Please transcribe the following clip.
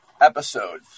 episode